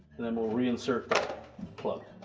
and then we'll reinsert plug.